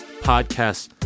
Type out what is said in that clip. podcast